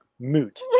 Moot